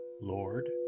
Lord